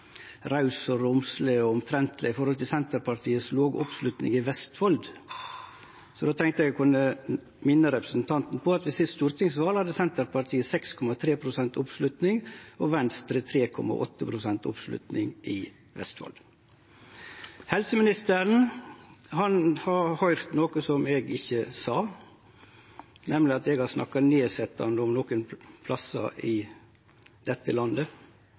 raus, romsleg og omtrentleg om Senterpartiets låge oppslutning i Vestfold. Eg tenkte eg kunne minne representanten på at ved siste stortingsval hadde Senterpartiet 6,3 pst. oppslutning og Venstre 3,8 pst. oppslutning i Vestfold. Helseministeren har høyrt noko som eg ikkje sa, nemleg at eg har snakka nedsetjande om nokre plassar i dette landet.